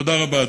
תודה רבה,